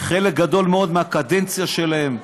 חלק גדול מאוד מהקדנציה שלהם,